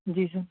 जी sir